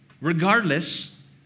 Regardless